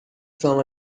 from